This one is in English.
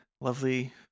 lovely